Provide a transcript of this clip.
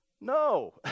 No